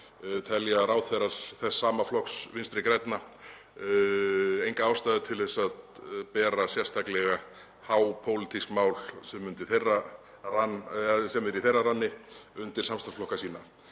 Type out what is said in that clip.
telja ráðherrar þess sama flokks, Vinstri grænna, enga ástæðu til að bera sérstaklega hápólitísk mál sem eru í þeirra ranni undir samstarfsflokka sína.